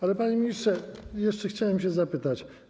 Ale, panie ministrze, jeszcze chciałem zapytać.